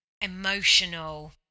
emotional